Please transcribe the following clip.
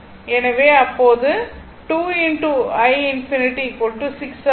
எனவே அப்போது இது 2 i∞ 6 ஆக உள்ளது